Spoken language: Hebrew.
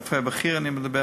רופא בכיר אני מדבר,